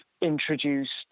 introduced